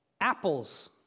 Apples